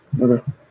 Okay